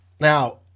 now